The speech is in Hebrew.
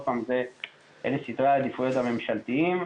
אלה סדרי העדיפויות הממשלתיים,